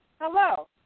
hello